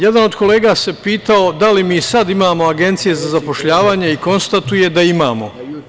Jedan od kolega se pitao da li mi sada imamo agencije za zapošljavanje i konstatuje da imamo.